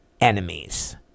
enemies